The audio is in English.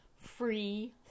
Free